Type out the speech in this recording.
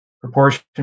proportion